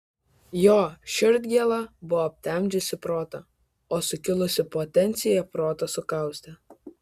jo širdgėla buvo aptemdžiusi protą o sukilusi potencija protą sukaustė